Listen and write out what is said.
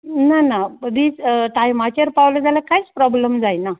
ना ना दीस टायमाचेर पावले जाल्यार कांयच प्रोब्लेम जायना